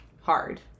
hard